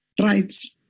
rights